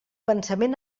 pensament